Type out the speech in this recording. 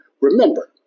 Remember